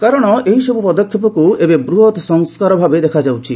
କାରଣ ଏହିସବୁ ପଦକ୍ଷେପକ୍ତ୍ ଏବେ ବୃହତ୍ ସଂସ୍କାର ଭାବେ ଦେଖାଯାଉଛି